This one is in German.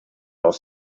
aus